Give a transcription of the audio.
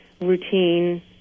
routine